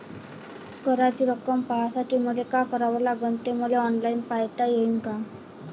कराच रक्कम पाहासाठी मले का करावं लागन, ते मले ऑनलाईन पायता येईन का?